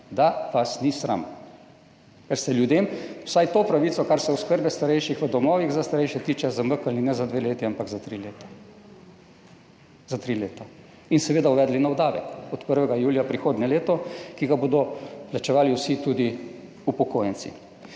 Da vas ni sram! Ljudem ste vsaj to pravico, kar se oskrbe starejših v domovih za starejše tiče, zamaknili ne za dve leti, ampak za tri leta, za tri leta in seveda uvedli nov davek od 1. julija prihodnje leto, ki ga bodo plačevali vsi, tudi upokojenci.